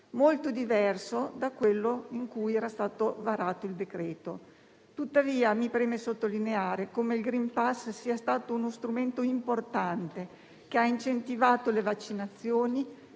molto diverso da quello in cui era stato varato il decreto-legge. Tuttavia, mi preme sottolineare che il *green pass* è stato uno strumento importante, che ha incentivato le vaccinazioni